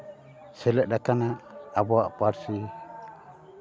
ᱥᱮᱞᱮᱫ ᱟᱠᱟᱱᱟ ᱟᱵᱚᱣᱟᱜ ᱯᱟᱹᱨᱥᱤ